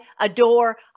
adore